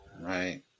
right